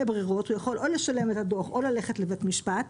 ברירות: או לשלם את הדוח או ללכת לבית משפט,